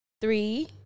Three